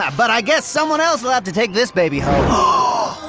but i guess someone else will have to take this baby home.